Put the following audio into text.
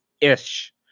ish